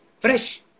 fresh